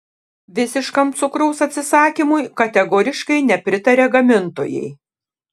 visiškam cukraus atsisakymui kategoriškai nepritaria gamintojai